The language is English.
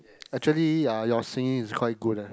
actually ah your singing is quite good eh